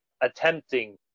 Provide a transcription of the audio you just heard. attempting